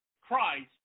Christ